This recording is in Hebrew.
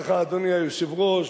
אדוני היושב-ראש,